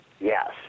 Yes